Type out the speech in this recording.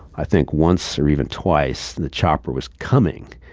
i think once or even twice, the chopper was coming,